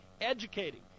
educating